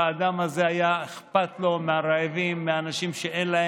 האדם הזה, היה אכפת לו מהרעבים, מאנשים שאין להם.